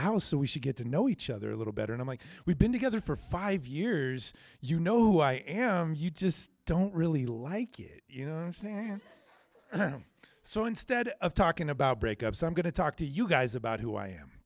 house so we should get to know each other a little better and like we've been together for five years you know who i am you just don't really like it you know there so instead of talking about break ups i'm going to talk to you guys about who i am